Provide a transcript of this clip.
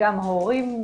גם הורים,